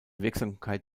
wirksamkeit